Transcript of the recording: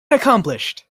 accomplished